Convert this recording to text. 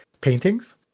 paintings